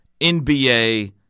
NBA